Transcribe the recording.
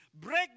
Break